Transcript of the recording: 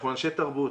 אנחנו אנשי תרבות,